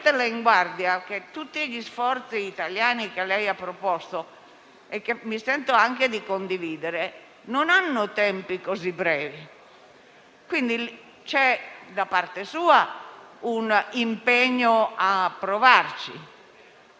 Quindi c'è da parte sua un impegno a provarci, ma non può esserci un impegno a non procedere se non c'è la riforma complessiva, perché questo